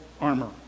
armor